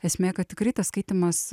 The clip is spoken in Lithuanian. esmė kad tikrai tas skaitymas